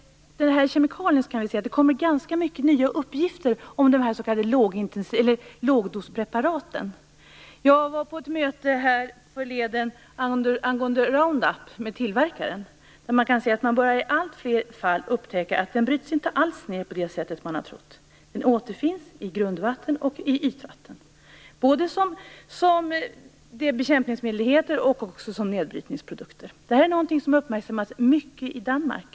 Det kommer ganska mycket nya uppgifter om de s.k. lågdospreparaten. Jag var på ett möte härförleden med tillverkaren angående Roundup. Man börjar i allt fler fall upptäcka att det inte alls bryts ned på det sätt som man har trott. Det återfinns i grundvatten och i ytvatten, både som bekämpningsmedel i sin helhet och som nedbrytningsprodukter. Detta är något som har uppmärksammats mycket i Danmark.